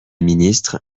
ministre